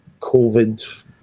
COVID